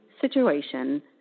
situation